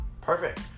Perfect